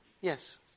Yes